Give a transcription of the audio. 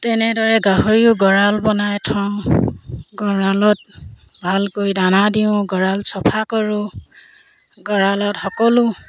তেনেদৰে গাহৰিও গঁৰাল বনাই থওঁ গঁৰালত ভালকৈ দানা দিওঁ গঁৰাল চফা কৰোঁ গঁৰালত সকলো